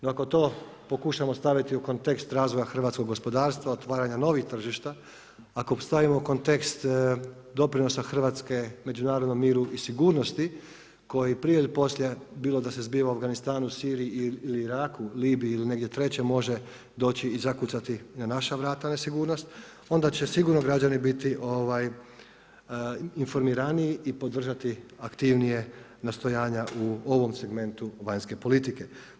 Dok to pokušavamo staviti u kontekst razvoja hrvatskog gospodarstva, otvaranja novih tržišta, ako stavimo u kontekst doprinosa Hrvatske međunarodnom miru i sigurnosti koji prije ili poslije bilo da se zbiva u Afganistanu, Siriji ili Iraku, Libiji ili negdje treće, može doći i zakucati na naša vrata nesigurnost, onda će sigurno građani biti informiraniji i podržati aktivnije nastojanja u ovom segmentu vanjske politike.